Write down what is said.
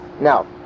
Now